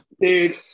Dude